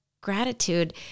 gratitude